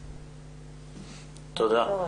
תודה.